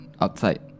outside